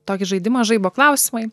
tokį žaidimą žaibo klausimai